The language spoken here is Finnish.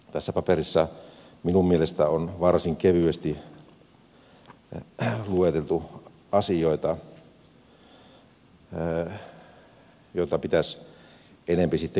tässä paperissa minun mielestäni on varsin kevyesti lueteltu asioita joista pitäisi enempi sitten kysyä